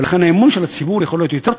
ולכן האמון של הציבור יכול להיות יותר גדול,